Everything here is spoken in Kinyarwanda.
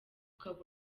ukaba